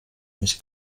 mich